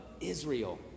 Israel